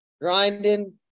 grinding